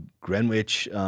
Greenwich